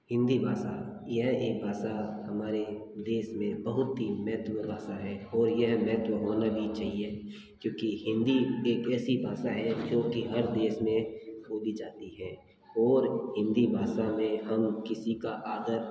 हिंदी भाषा यह एक भाषा हमारे देश में बहुत ही महत्व भाषा है और यह महत्व होना भी चहिए क्योंकि हिंदी एक ऐसी भाषा है जो कि हर देश में बोली जाती है और हिंदी भाषा में हम किसी का आदर